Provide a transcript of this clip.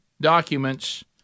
Documents